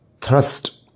thrust